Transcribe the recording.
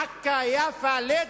עכא, יפא, לד,